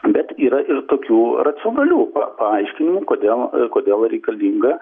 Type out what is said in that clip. bet yra ir tokių racionalių pa paaiškinimų kodėl kodėl reikalinga